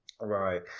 right